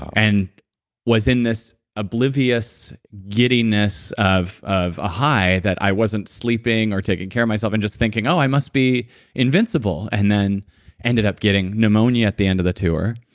and was in this oblivious giddiness of of a high that i wasn't sleeping or taking care of myself, and just thinking, oh, i must be invincible, and then ended up getting pneumonia at the end of the tour.